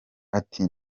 ati